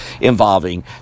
involving